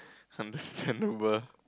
understandable